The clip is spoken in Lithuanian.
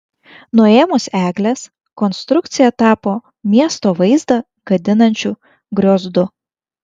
nuėmus egles konstrukcija tapo miesto vaizdą gadinančiu griozdu